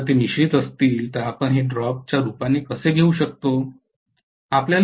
जर ते मिश्रीत असतील तर आपण हे ड्रॉपच्या रूपात कसे घेऊ शकता